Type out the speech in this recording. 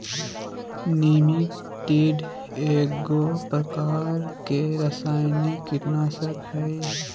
निमेंटीड एगो प्रकार के रासायनिक कीटनाशक हइ